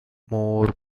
more